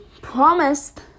promised